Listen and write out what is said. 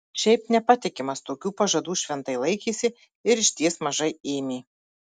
šiaip nepatikimas tokių pažadų šventai laikėsi ir išties mažai ėmė